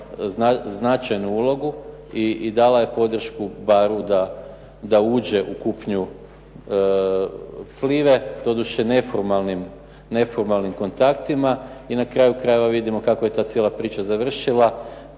značajnu ulogu i dala je podršku "Baru" da uđe u kupnju "Plive", doduše neformalnim kontaktima. I na kraju krajeva vidimo kako je ta cijela priča završila